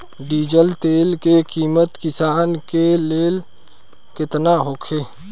Diesel तेल के किमत किसान के लेल केतना होखे?